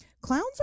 clowns